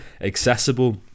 Accessible